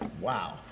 wow